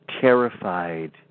terrified